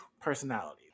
personality